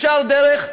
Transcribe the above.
ישר דרך,